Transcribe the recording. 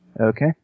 Okay